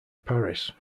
paris